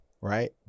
right